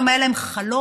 חלקם, היה להם חלום